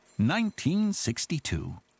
1962